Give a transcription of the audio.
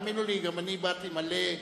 האמינו לי, גם אני באתי מלא,